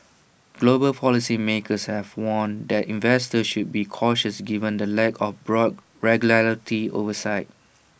global policy makers have warned that investors should be cautious given the lack of broad regulatory oversight